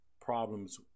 problems